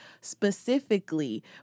specifically